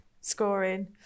scoring